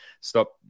stop